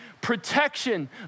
protection